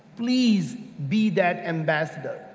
please be that ambassador.